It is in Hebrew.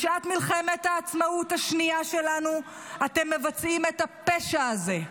בשעת מלחמת העצמאות השנייה שלנו אתם מבצעים את הפשע הזה.